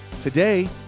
Today